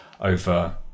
over